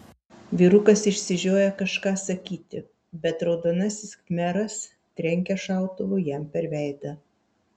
vyrukas išsižioja kažką sakyti bet raudonasis khmeras trenkia šautuvu jam per veidą